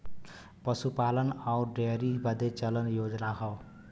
पसूपालन अउर डेअरी बदे चलल योजना हौ